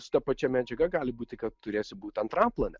su ta pačia medžiaga gali būti kad turėsi būt antram plane